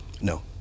No